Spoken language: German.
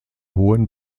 hohen